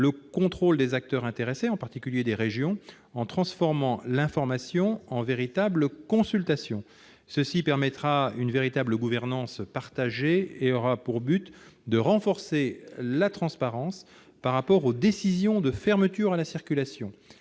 le contrôle des acteurs intéressés, en particulier des régions, en transformant l'information en véritable consultation. Cela permettrait une véritable gouvernance partagée, afin de renforcer la transparence des décisions de fermeture à la circulation.